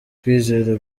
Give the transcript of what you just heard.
kwizera